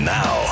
now